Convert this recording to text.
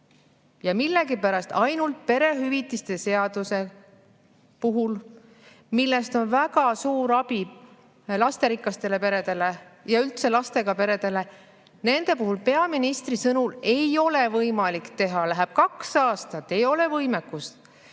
Millegipärast ainult perehüvitiste seaduse puhul, millest on väga suur abi lasterikastele peredele ja üldse lastega peredele, ei ole peaministri sõnul seda võimalik teha, läheb kaks aastat, ei ole võimekust.